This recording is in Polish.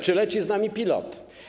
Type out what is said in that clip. Czy leci z nami pilot?